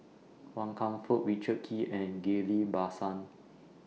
Wan Kam Fook Richard Kee and Ghillie BaSan